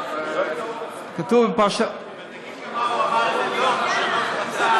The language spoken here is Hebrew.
תגיד גם מה הוא אמר ללוט כשלוט רצה,